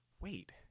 wait